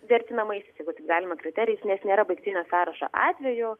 vertinamaisiais jeigu taip galima kriterijais nes nėra baigtinio sąrašo atvejų